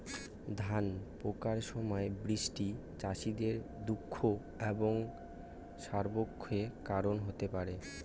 ধান পাকার সময় বৃষ্টি চাষীদের দুঃখ এবং স্বপ্নভঙ্গের কারণ হতে পারে